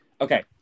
okay